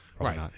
Right